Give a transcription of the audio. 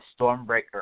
Stormbreaker